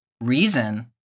reason